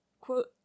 quote